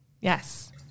Yes